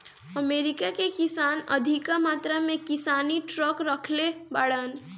America कअ किसान अधिका मात्रा में किसानी ट्रक रखले बाड़न